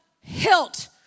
hilt